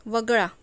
वगळा